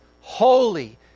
holy